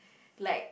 like